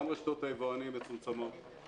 גם רשתות היבואנים מצומצמות.